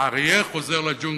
האריה חוזר לג'ונגל.